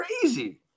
crazy